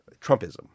Trumpism